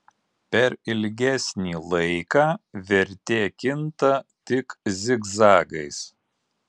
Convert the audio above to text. per ilgesnį laiką vertė kinta tik zigzagais